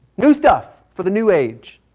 new stuff for the new age.